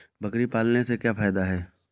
बकरी पालने से क्या फायदा है?